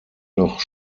noch